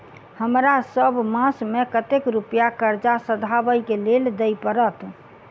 हमरा सब मास मे कतेक रुपया कर्जा सधाबई केँ लेल दइ पड़त?